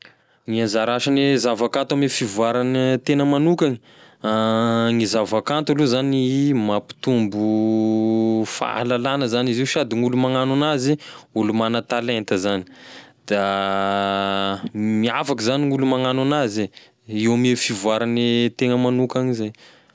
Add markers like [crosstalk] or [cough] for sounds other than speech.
Gne anzara asane zavakanto ame fivoarane tegna magnokany [hesitation] gne zavakanto aloha zany mampitombo fahalalana zany izy io sady gn'olo magnano anazy olo magna-talenta zany da miavaky zany gn'olo magnano anazy e eo ame fivoarane tegna magnokany zay.